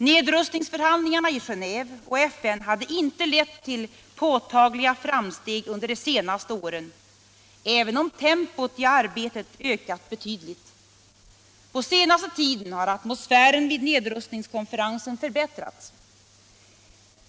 Nedrustningsförhandlingarna i Genéve och FN hade inte lett till påtagliga framsteg under de senaste åren, även om tempot i arbetet ökat betydligt. På senaste tiden har atmosfären vid nedrustningskonferensen förbättras.